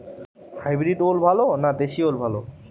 Hybrid ওল ভালো না দেশী ওল ভাল?